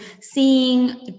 seeing